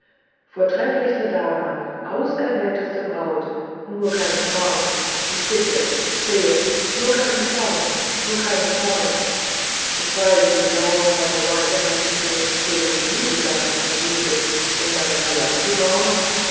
vortrefflichste dame auserwählteste braut nur keinen zorn ich bitte ich flehe nur keinen zorn keinen zorn ich weiß sie glauben meine leute hätten ihren schönen gemüsegarten verwüstet um meinen palast zu bauen